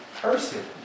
person